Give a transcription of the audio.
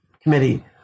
committee